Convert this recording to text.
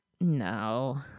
no